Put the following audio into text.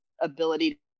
Ability